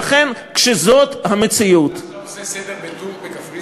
לכן, כשזאת המציאות, אתה עכשיו עושה סדר בקפריסין?